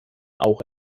auch